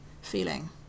feeling